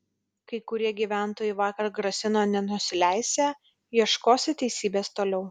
kai kurie gyventojai vakar grasino nenusileisią ieškosią teisybės toliau